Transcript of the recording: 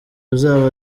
uzaba